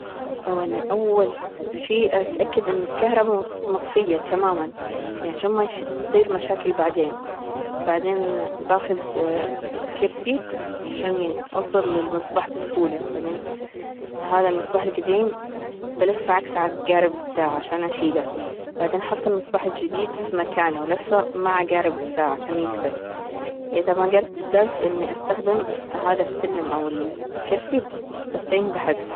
أنا أول شيء أتأكد إن الكهربا مطفية تماما يعني عشان ما تصير مشاكل بعدين، بعدين بأخذ اه كرسي عشان أوصل للمسبح بسهولة بعدين هذا المصباح الجديم بألفه عكس عقارب الساعة عشان أشيله بعدين أحط المصباح الجديد في مكاني وألفه مع عقارب الساعة عشان يثبت إذا ما قدرت إني أستخدم هذا السلم أو الكرسي أستعين بحد.